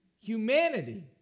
humanity